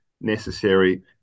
necessary